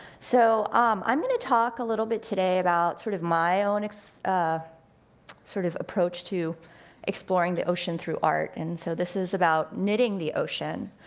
so um i'm gonna talk a little bit today about sort of my own, ah sort of approach to exploring the ocean through art. and so this is about knitting the ocean,